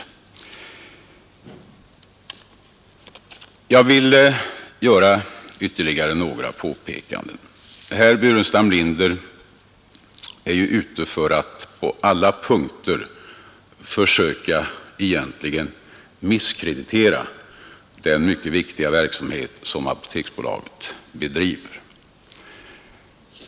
Jag vill göra ytterligare några påpekanden. Herr Burenstam Linder är egentligen ute efter att på alla punkter försöka misskreditera den mycket viktiga verksamhet som Apoteksbolaget bedriver.